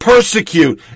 persecute